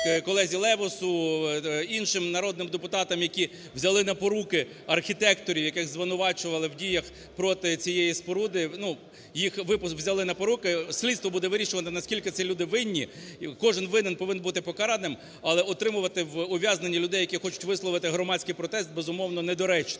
колезі Левусу, іншим народним депутатам, які взяли на поруки архітекторів, яких звинувачували в діях проти цієї споруди, ну, їх випуск, взяли на поруки, слідство буде вирішувати, наскільки ці люди винні. Кожен винний повинен бути покараним, але утримувати в ув'язненні людей, які хочуть висловити громадський протест, безумовно, недоречно.